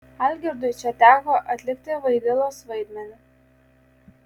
algirdui čia teko atlikti vaidilos vaidmenį